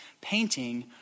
painting